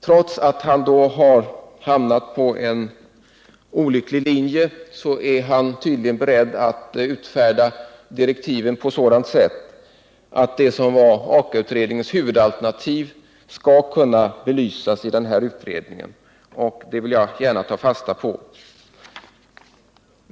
Trots att han har hamnat på en olycklig linje är han tydligen beredd att utfärda direktiven på ett sådant sätt att det som var Akautredningens huvudalternativ skall kunna belysas i utredningen, och det vill jag gärna ta fasta på.